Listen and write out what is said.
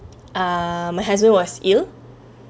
uh my husband was ill